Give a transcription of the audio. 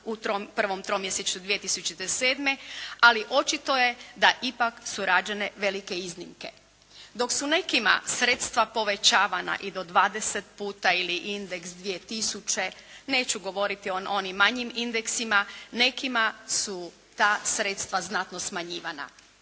prvom tromjesečju 2007. ali očito je da ipak su rađene velike iznimke. Dok su nekima sredstva povećavana i do dvadeset puta ili indeks 2000. Neću govoriti o onim manjim indeksima, nekima su ta sredstva znatno smanjivana.